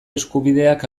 eskubideak